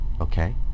Okay